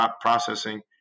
processing